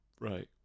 Right